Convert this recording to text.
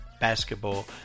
basketball